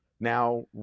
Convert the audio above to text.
Now